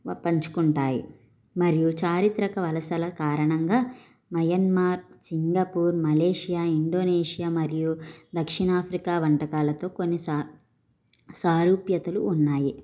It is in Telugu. పంచుకుంటాయి మరియు చారిత్రకవలసల కారణంగా మయన్మార్ సింగపూర్ మలేషియా ఇండోనేషియా మరియు దక్షిణాఫ్రికా వంటకాలతో కొన్ని సారూప్యతలు ఉన్నాయి